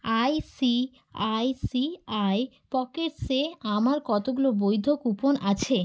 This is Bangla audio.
আইসি আইসিআই পকেটসে আমার কতগুলো বৈধ কুপন আছে